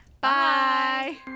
Bye